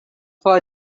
for